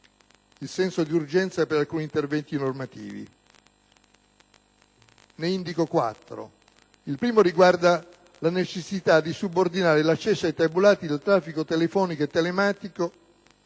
un senso d'urgenza per alcuni interventi normativi. Ne indico quattro. Il primo riguarda la necessità di subordinare l'accesso ai tabulati del traffico telefonico e telematico